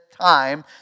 time